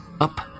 up